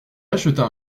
acheta